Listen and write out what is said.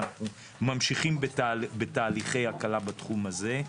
ואנחנו ממשיכים בתהליכי הקלה בתחום הזה.